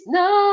no